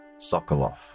Sokolov